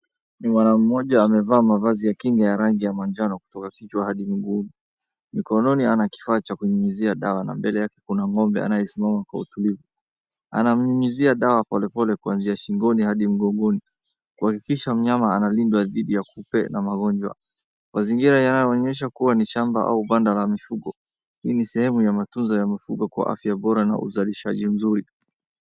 Ni mwana mmoja amevaa mavazi ya kinga ya rangi ya manjano kutoka kichwa hadi miguu. Mikononi ana kifaa cha kunyunyizia dawa na mbele yake kuna ng'ombe anayesimama kwa utulivu. Anamnyunyizia dawa polepole kuanzia shingoni hadi mgongoni, kuhakikisha mnyama analindwa dhidi ya kupe na magonjwa. Mazingira yanayoonesha kuwa ni shamba au banda la mifugo. Hii ni sehemu ya matunzo ya mifugo kwa afya bora na uzalishaji mzuri.